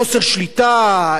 חוסר שליטה,